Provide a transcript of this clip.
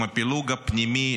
עם הפילוג הפנימי,